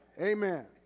Amen